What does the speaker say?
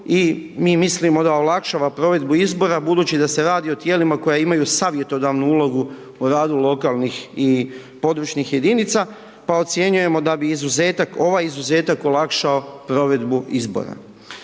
i mi mislimo da olakšava provedbu izbora budući da se radi o tijelima koja imaju savjetodavnu ulogu u radu lokalnih i područnih jedinica, pa ocjenjujemo da bi izuzetak, ovaj izuzetak, olakšao provedbu izbora.